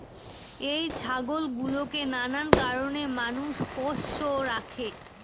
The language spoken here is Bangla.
এই ছাগল গুলোকে নানান কারণে মানুষ পোষ্য রাখে